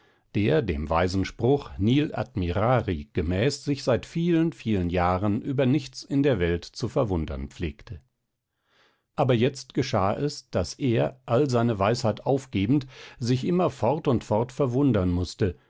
der dem weisen spruch nil admirari gemäß sich seit vielen vielen jahren über nichts in der welt zu verwundern pflegte aber jetzt geschah es daß er all seine weisheit aufgebend sich immer fort und fort verwundern mußte